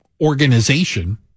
organization